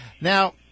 Now